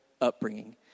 upbringing